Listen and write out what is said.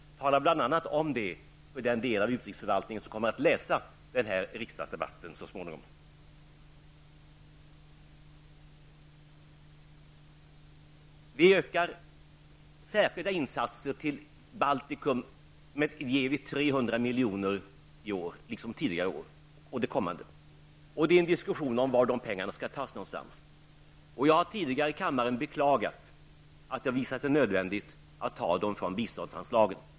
Tala om det för den del av utrikesförvaltningen som så småningom kommer att läsa protokollet från den här riksdagsdebatten. Vi ökar särskilda insatser till Baltikum, dit vi i år, liksom tidigare år och också det kommande, ger 300 milj. Det är diskussion om var de pengarna skall tas. Jag har tidigare i kammaren beklagat att det visat sig nödvändigt att ta dem från biståndsanslagen.